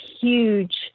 huge